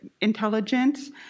intelligence